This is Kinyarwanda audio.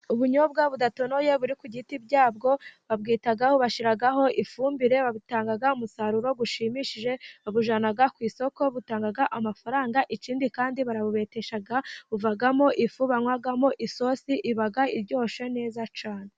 Ubunyobwa budatonoye buri ku biti byabwo babwitaho, bashiraho ifumbire, butanga umusaruro bushimishije, babujyana ku isoko butanga amafaranga. Ikindi kandi barabubetesha bukavamo ifu banywamo isosi iba iryoshe neza cyane.